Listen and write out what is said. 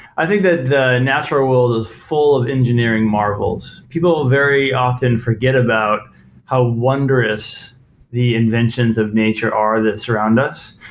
i think that the natural world is full of engineering marvels. people very often forget about how wondrous the inventions of nature are that surround us.